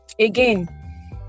again